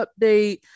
update